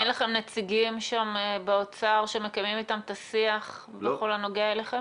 אין לכם נציגים שם באוצר שמקיימים אתם את השיח בכל הנוגע אליכם?